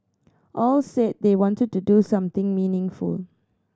all said they wanted to do something meaningful